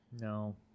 No